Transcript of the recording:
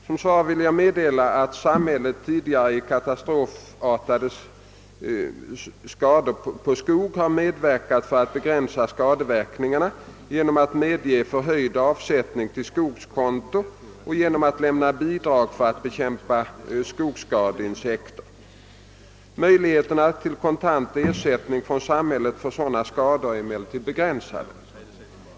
Som svar vill jag meddela att samhället tidigare vid katastrofartade skador på skog har medverkat för att begränsa skadeverkningarna genom att medge förhöjd avsättning till skogskonto och genom att lämna bidrag för att bekämpa skogsskadeinsekter. Möjligheterna till kontant ersättning från samhället för sådana skador är emellertid begränsade.